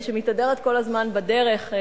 מתהדרת כל הזמן בדרך.